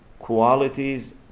qualities